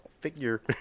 figure